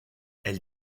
elles